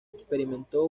experimentó